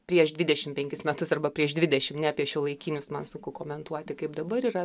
prieš dvidešim penkis metus arba prieš dvidešim ne apie šiuolaikinius man sunku komentuoti kaip dabar yra